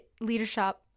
leadership